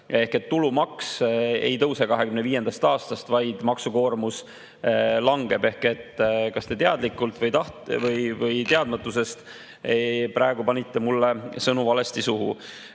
ehk et tulumaks ei tõuse 2025. aastast, vaid maksukoormus langeb. Te kas teadlikult või teadmatusest praegu panite mulle sõnu valesti suhu.